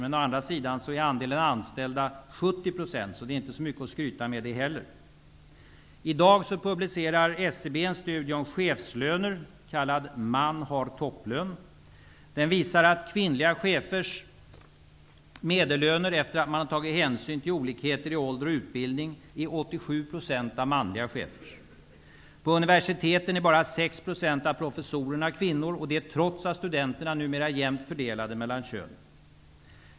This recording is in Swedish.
Men där är andelen anställda kvinnor 70 %, så det är inte heller så mycket att skryta med. I dag publicerar SCB en studie om chefslöner kallad Man har topplön. Den visar att kvinnliga chefers medellöner -- efter att hänsyn tagits till olikheter i ålder och utbildning -- är 87 % av manliga chefers. På universiteten är bara 6 % av professorerna kvinnor, trots att studenterna numera är jämnt fördelade mellan könen.